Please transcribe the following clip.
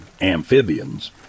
amphibians